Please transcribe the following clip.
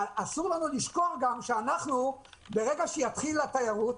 אסור לנו לשכוח גם שברגע שתתחיל התיירות,